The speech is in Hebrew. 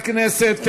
חברי הכנסת,